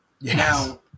Now